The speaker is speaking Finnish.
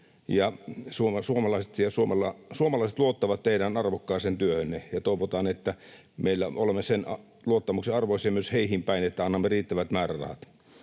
suomalaiset luottavat teidän arvokkaaseen työhönne. Toivotaan, että olemme sen luottamuksen arvoisia myös heihin päin, että annamme riittävät määrärahat.